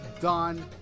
done